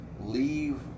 leave